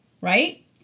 right